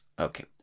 Okay